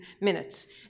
minutes